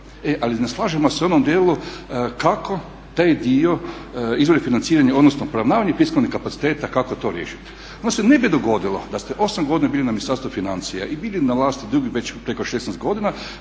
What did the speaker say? ali ne slažemo se u onom dijelu kako taj dio, izvori financiranja, odnosno opravdavanje fiskalnih kapaciteta kako to riješiti. Onda se ne bi dogodilo da ste osam godina bili na Ministarstvu financija i bili na vlasti dugo, već preko 16 godina,